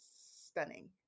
stunning